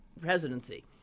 presidency